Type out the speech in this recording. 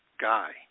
guy